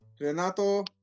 Renato